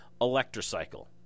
electrocycle